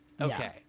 Okay